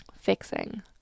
fixing